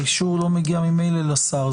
האישור לא מגיע ממילא לשר,